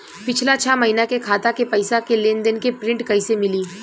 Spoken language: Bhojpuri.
पिछला छह महीना के खाता के पइसा के लेन देन के प्रींट कइसे मिली?